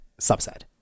subset